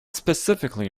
specifically